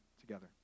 together